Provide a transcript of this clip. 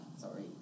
sorry